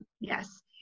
Yes